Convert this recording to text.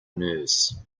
nurse